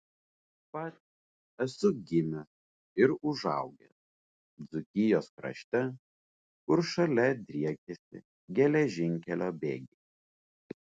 pats esu gimęs ir užaugęs dzūkijos krašte kur šalia driekėsi geležinkelio bėgiai